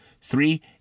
Three